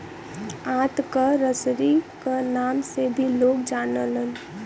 आंत क रसरी क नाम से भी लोग जानलन